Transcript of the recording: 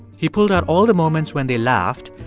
he pulled out all the moments when they laughed,